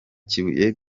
kibuye